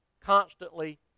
constantly